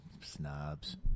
snobs